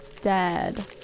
Dead